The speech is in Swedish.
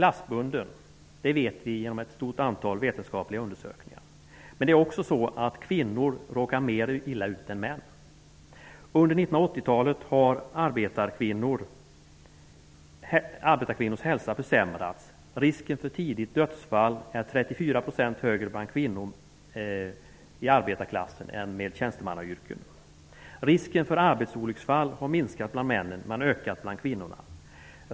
Vi vet genom ett stort antal vetenskapliga undersökningar att hälsan är klassbunden. Men det är också så att kvinnor råkar mer illa ut än män. Under 1980-talet har arbetarkvinnors hälsa försämrats, och risken för alltför tidiga dödsfall är 34 % högre bland dem än bland kvinnor med tjänstemannayrken. Risken för arbetsolycksfall har minskat bland männen men ökat bland kvinnorna.